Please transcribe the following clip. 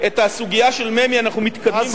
הסוגיה של ממ"י, אנחנו מתקדמים לפתרון.